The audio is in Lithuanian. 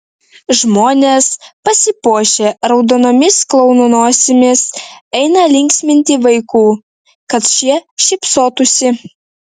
žmonės pasipuošę raudonomis klounų nosimis eina linksminti vaikų kad šie šypsotųsi